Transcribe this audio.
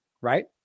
right